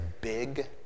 big